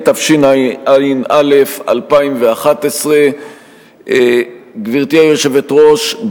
התשע"א 2011. גברתי היושבת-ראש,